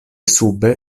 sube